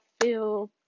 feel